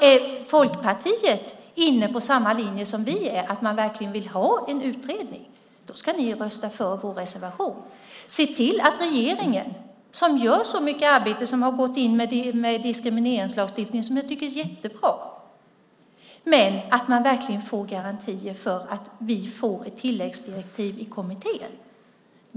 Är Folkpartiet inne på samma linje som vi och verkligen vill ha en utredning ska ni rösta för vår reservation. Regeringen gör mycket arbete och har gått in med diskrimineringslagstiftningen, som jag tycker är jättebra. Se till att man verkligen får garantier för att vi får ett tilläggsdirektiv i kommittén.